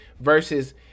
versus